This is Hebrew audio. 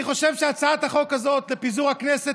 אני חושב שהצעת החוק הזאת לפיזור הכנסת